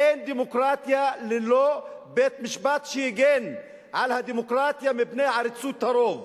אין דמוקרטיה ללא בית-משפט שיגן על הדמוקרטיה מפני עריצות הרוב,